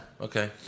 Okay